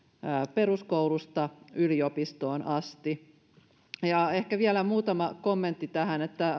peruskoulusta yliopistoon asti ehkä vielä muutama kommentti tähän